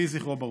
יהי זכרו ברוך.